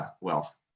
wealth